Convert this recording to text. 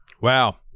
Wow